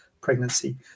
pregnancy